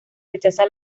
rechaza